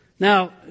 Now